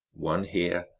one here,